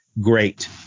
great